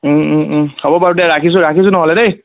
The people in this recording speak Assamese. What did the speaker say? হ'ব বাৰু দেই ৰাখিছোঁ ৰাখিছোঁ নহ'লে দেই